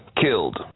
killed